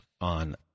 on